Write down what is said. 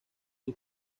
sus